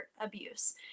abuse